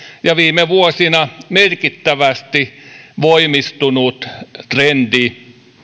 ja viime vuosina merkittävästi voimistunut trendi